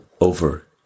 Over